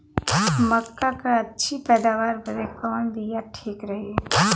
मक्का क अच्छी पैदावार बदे कवन बिया ठीक रही?